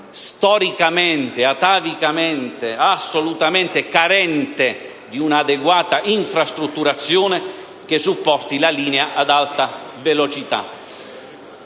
storicamente, atavicamente e assolutamente carente di una adeguata infrastrutturazione che supporti la linea ad alta velocità.